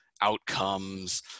outcomes